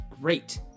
great